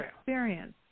experience